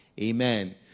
Amen